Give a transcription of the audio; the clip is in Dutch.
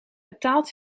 betaald